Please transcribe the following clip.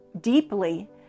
deeply